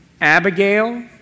Abigail